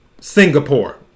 Singapore